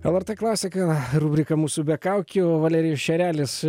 lrt klasika rubrika mūsų be kaukių valerijus šerelis